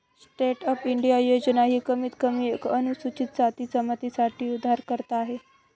stand up India योजना ही कमीत कमी एक अनुसूचित जाती जमाती साठी उधारकर्ता आहे